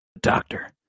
Doctor